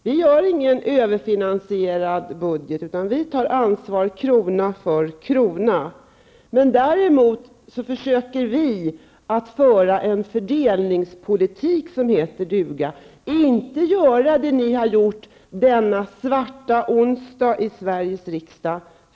Vi gör ingen överfinansierad budget, utan vi tar ansvar krona för krona. Däremot försöker vi att föra en fördelningspolitik som heter duga. Vi gör inte det ni har gjort denna svarta onsdag i Sveriges riksdag.